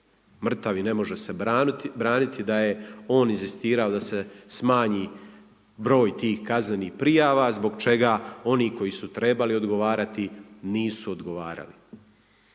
mrtav i ne može se braniti da je on inzistirao da se smanji broj tih kaznenih prijava zbog čega oni koji su trebali odgovarati nisu odgovarali.